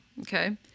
okay